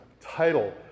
title